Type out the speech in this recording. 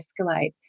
escalate